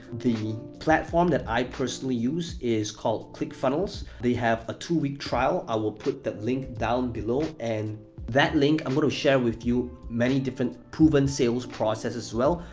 the platform that i personally use is called clickfunnels. they have a two-week trial. i will put that link down below, and that link, i'm going to share with you many different proven sales process as well,